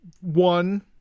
One